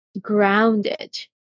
grounded